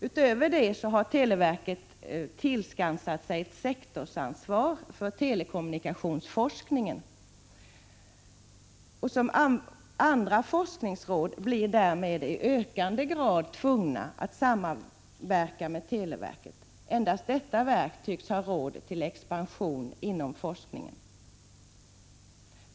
Utöver detta har televerket tillskansat sig ett ”sektorsansvar” för telekommunikationsforskningen. Andra forskningsråd blir därmed i ökande grad tvungna att samverka med televerket. Endast detta verk tycks ha råd till expansion inom forskningen.